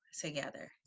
together